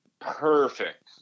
perfect